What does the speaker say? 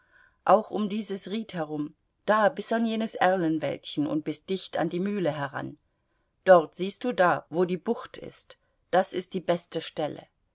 auch um dieses ried herum da bis an jenes erlenwäldchen und bis dicht an die mühle heran dort siehst du da wo die bucht ist das ist die beste stelle